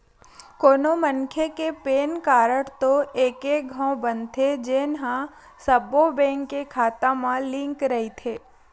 कोनो मनखे के पेन कारड तो एके घांव बनथे जेन ह सब्बो बेंक के खाता म लिंक रहिथे